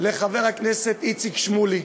לחבר הכנסת איציק שמולי,